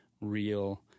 real